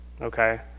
okay